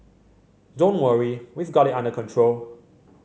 don't worry we've got it under control